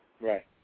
right